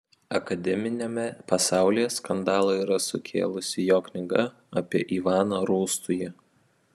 akademiniame pasaulyje skandalą yra sukėlusi jo knyga apie ivaną rūstųjį